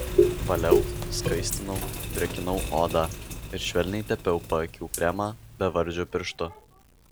valiau skaistinau drėkinau odą ir švelniai tepiau paakių kremą bevardžiu pirštu